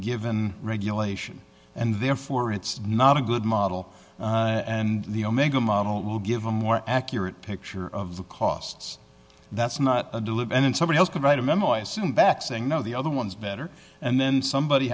given regulation and therefore it's not a good model and the omega model will give a more accurate picture of the costs that's not a do loop and then somebody else could write a memo i assume back saying no the other one is better and then somebody